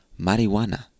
marijuana